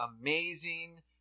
amazing